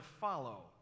follow